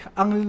ang